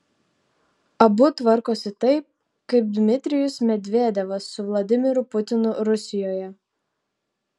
abu tvarkosi taip kaip dmitrijus medvedevas su vladimiru putinu rusijoje